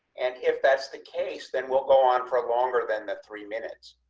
and if that's the case, then we'll go on for longer than the three minutes,